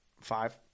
five